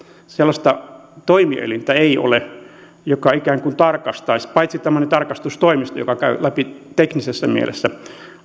sellaista toimielintä ei ole joka ikään kuin tarkastaisi paitsi tämmöinen tarkastustoimisto joka käy läpi teknisessä mielessä